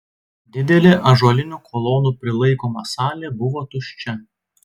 didelė ąžuolinių kolonų prilaikoma salė buvo tuščia